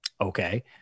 Okay